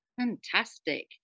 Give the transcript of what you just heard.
fantastic